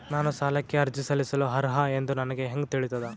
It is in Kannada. ನಾನು ಸಾಲಕ್ಕೆ ಅರ್ಜಿ ಸಲ್ಲಿಸಲು ಅರ್ಹ ಎಂದು ನನಗೆ ಹೆಂಗ್ ತಿಳಿತದ?